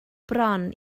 bron